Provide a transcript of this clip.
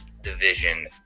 division